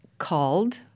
Called